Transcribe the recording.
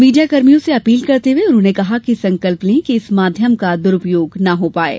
मीडियाकर्मियों से अपील करते हए उन्होंने कहा कि संकल्प लें कि इस माध्यम का दरूपयोग न हो पाये